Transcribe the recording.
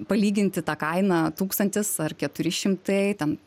palyginti tą kainą tūkstantis ar keturi šimtai ten